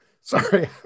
Sorry